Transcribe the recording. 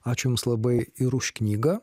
aš jums labai ir už knygą